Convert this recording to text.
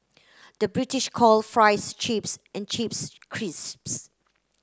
the British calls fries chips and chips crisps